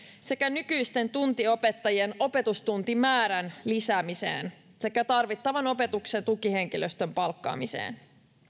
sekä nykyisten tuntiopettajien opetustuntimäärän lisäämiseen sekä tarvittavan opetuksen tukihenkilöstön palkkaamiseen